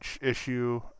issue